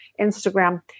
Instagram